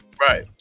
right